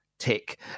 Tick